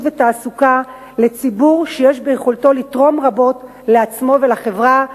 ותעסוקה לציבור שיש ביכולתו לתרום רבות לעצמו ולחברה.